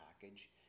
package